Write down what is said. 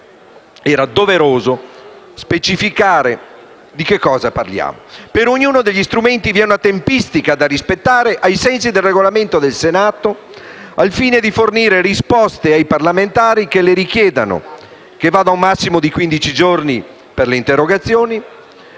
Era doveroso specificare di cosa parliamo. «Per ognuno degli strumenti vi è una tempistica da rispettare, ai sensi del Regolamento del Senato, al fine di fornire risposte ai parlamentari che le richiedano, che va da un massimo di 15 giorni, per le interrogazioni